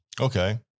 Okay